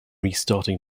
restarting